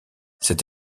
cette